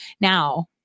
Now